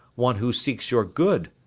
one who seeks your good.